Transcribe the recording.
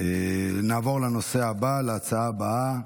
נעבור לנושא הבא, להצעה הבאה.